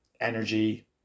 energy